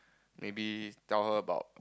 maybe tell her about